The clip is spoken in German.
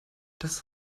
das